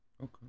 Okay